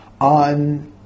on